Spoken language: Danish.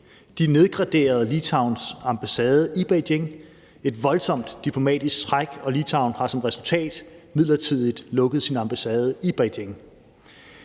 de nedgraderede Litauens ambassade i Beijing – et voldsomt diplomatisk træk, og Litauen har som resultat midlertidigt lukket sin ambassade i Beijing.